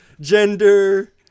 gender